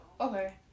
okay